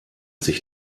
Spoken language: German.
sich